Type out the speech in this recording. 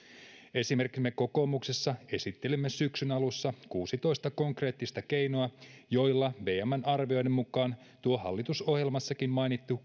esimerkiksi me kokoomuksessa esittelimme syksyn alussa kuusitoista konkreettista keinoa joilla vmn arvioiden mukaan tuo hallitusohjelmassakin mainittu